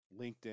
LinkedIn